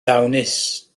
ddawnus